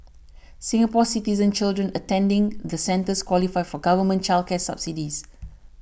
Singapore Citizen children attending the centres qualify for government child care subsidies